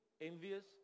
envious